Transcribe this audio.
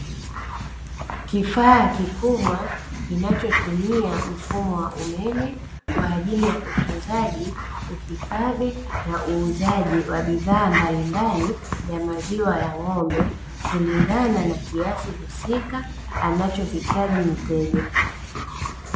Kifaa kikubwa kinachotumia mfumo wa umeme, kwa ajili ya utunzaji, uhifadhi na uuzaji wa bidhaa mbalimbali ya maziwa ya ng'ombe, kulingana na kiasi husika anachohitaji mteja.